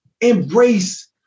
Embrace